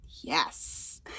Yes